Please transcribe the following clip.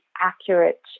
accurate